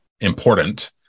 important